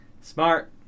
smart